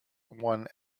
one